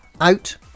out